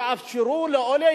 שיאפשרו לעולה,